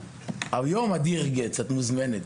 היום מופיע אדיר גז, את מוזמנת.